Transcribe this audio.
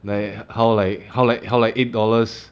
like how like how like how like eight dollars